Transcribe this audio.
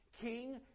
King